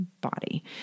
body